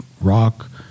rock